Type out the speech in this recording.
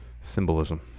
Symbolism